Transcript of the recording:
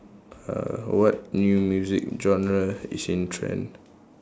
uh what new music genre is in trend